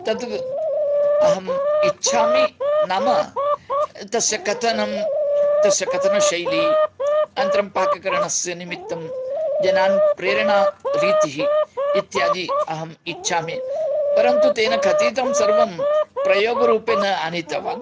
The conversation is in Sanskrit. तद् अहम् इच्छामि नाम तस्य कथनं तस्य कथनशैली अनन्तरं पाककरणस्य निमित्तं जनान् प्रेरणारीतिः इत्यादि अहम् इच्छामि परन्तु तेन कथितं सर्वं प्रयोगरूपे न आनीतवान्